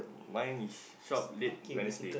mine is salt lake Wednesday